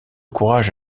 courage